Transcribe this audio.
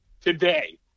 Today